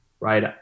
Right